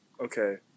Okay